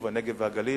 הנגב והגליל.